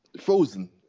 Frozen